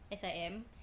SIM